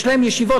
יש להם ישיבות.